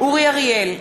אורי אריאל,